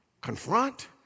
Confront